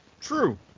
True